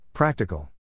Practical